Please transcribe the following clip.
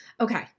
Okay